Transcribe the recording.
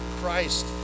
Christ